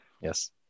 Yes